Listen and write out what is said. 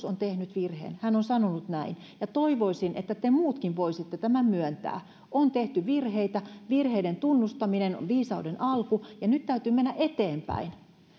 on tehnyt virheen hän on sanonut näin ja toivoisin että te muutkin voisitte tämän myöntää on tehty virheitä virheiden tunnustaminen on viisauden alku ja nyt täytyy mennä eteenpäin